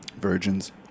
virgins